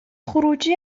خروجی